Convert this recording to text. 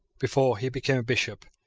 before he became a bishop,